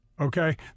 Okay